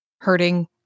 hurting